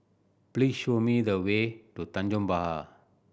please show me the way to Tanjong Pagar